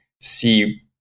see